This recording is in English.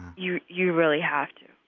you you really have to.